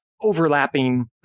overlapping